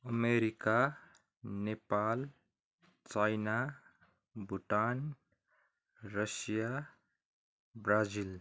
America Nepal China Bhutan Russia Brazil